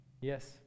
Yes